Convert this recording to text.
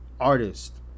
Artist